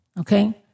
okay